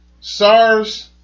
SARS